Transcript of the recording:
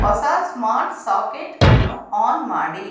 ಹೊಸ smart socket ಅನ್ನು on ಮಾಡಿ